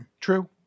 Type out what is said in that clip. True